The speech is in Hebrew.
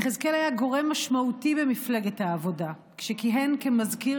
יחזקאל היה גורם משמעותי במפלגת העבודה כשכיהן כמזכיר